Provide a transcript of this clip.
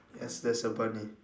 yes there's a bunny